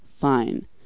fine